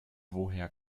woher